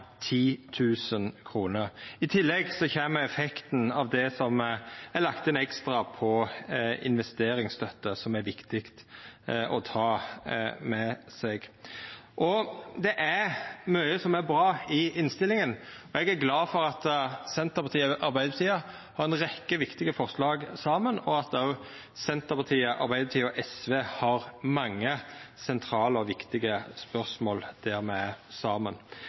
I tillegg kjem effekten av det som er lagt inn ekstra i investeringsstøtte, som er viktig å ta med seg. Det er mykje som er bra i innstillinga, og eg er glad for at Senterpartiet og Arbeidarpartiet har ei rekkje viktige forslag saman, og at òg Senterpartiet, Arbeidarpartiet og SV er saman om mange sentrale og viktige spørsmål.